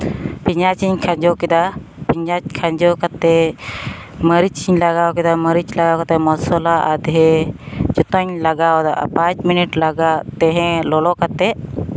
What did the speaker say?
ᱯᱮᱸᱭᱟᱡᱽ ᱤᱧ ᱠᱷᱟᱡᱚ ᱠᱮᱫᱟ ᱯᱮᱸᱭᱟᱡᱽ ᱠᱷᱟᱡᱚ ᱠᱟᱛᱮᱫ ᱢᱟᱹᱨᱤᱪ ᱤᱧ ᱞᱟᱜᱟᱣ ᱠᱮᱫᱟ ᱢᱟᱹᱨᱤᱪ ᱢᱟᱹᱨᱤᱪ ᱞᱟᱜᱟᱣ ᱠᱟᱛᱮᱫ ᱢᱚᱥᱞᱟ ᱟᱫᱷᱮ ᱡᱚᱛᱚᱧ ᱞᱟᱜᱟᱣ ᱟᱫᱟ ᱯᱟᱸᱪ ᱢᱤᱱᱤᱴ ᱞᱟᱜᱟᱣ ᱛᱟᱦᱮᱸ ᱞᱚᱞᱚ ᱠᱟᱛᱮᱫ